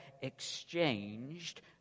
exchanged